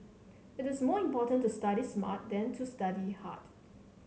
it is more important to study smart than to study hard